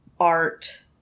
art